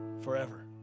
forever